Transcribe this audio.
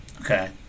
Okay